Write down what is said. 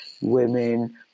women